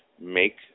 make